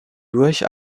durch